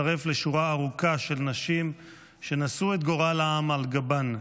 יצטרף לשורה ארוכה של נשים שנשאו את גורל העם על גבן,